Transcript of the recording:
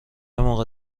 موقع